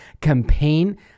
campaign